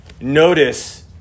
notice